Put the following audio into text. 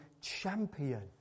champion